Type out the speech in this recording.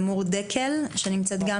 טובים.